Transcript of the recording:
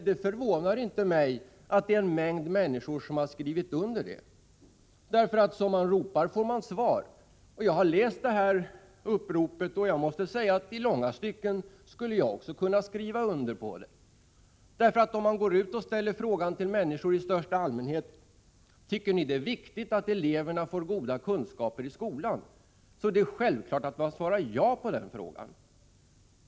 Det förvånar inte mig att en mängd människor har skrivit under detta upprop, därför att som man ropar får man svar. Jag har läst detta upprop och i långa stycken skulle jag också kunna skriva under på det. Om man går ut till människor i största allmänhet och frågar om de tycker att det är viktigt att eleverna får goda kunskaper i skolan svarar de självfallet ja på den frågan.